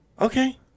okay